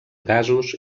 gasos